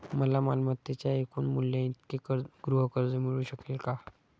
मला मालमत्तेच्या एकूण मूल्याइतके गृहकर्ज मिळू शकेल का?